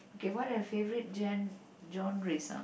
okay what are your favourite gen~ genres uh